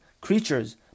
creatures